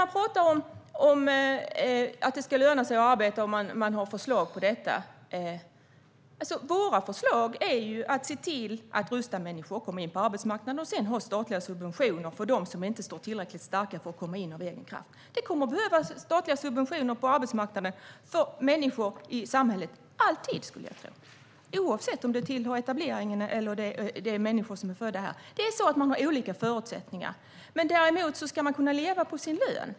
Man talar om att det ska löna sig att arbeta och att man har förslag om detta. Våra förslag är att se till att rusta människor för att komma in på arbetsmarknaden och sedan ha statliga subventioner för dem som inte står tillräckligt starka för att komma in av egen kraft. Det kommer alltid att behövas statliga subventioner på arbetsmarknaden för människor i samhället, skulle jag tro - oavsett om det gäller människor i etableringsinsatser eller människor som är födda här. Människor har olika förutsättningar. Däremot ska man kunna leva på sin lön.